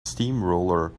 steamroller